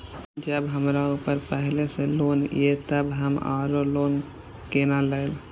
जब हमरा ऊपर पहले से लोन ये तब हम आरो लोन केना लैब?